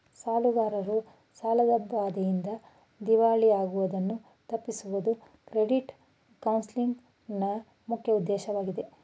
ಸಾಲಗಾರರು ಸಾಲದ ಬಾಧೆಯಿಂದ ದಿವಾಳಿ ಆಗುವುದನ್ನು ತಪ್ಪಿಸುವುದು ಕ್ರೆಡಿಟ್ ಕೌನ್ಸಲಿಂಗ್ ನ ಮುಖ್ಯ ಉದ್ದೇಶವಾಗಿದೆ